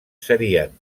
serien